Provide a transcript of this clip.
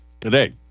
today